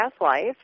life